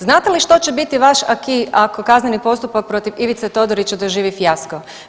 Znate li što će biti vaš aqi ako kazneni postupak protiv Ivice Todorića doživi fijasko?